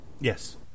Yes